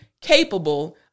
capable